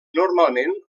normalment